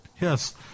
Yes